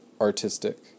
artistic